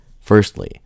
Firstly